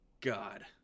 God